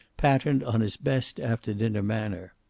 patterned on his best after-dinner manner.